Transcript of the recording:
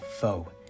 foe